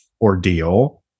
ordeal